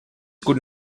could